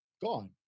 gone